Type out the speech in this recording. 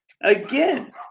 again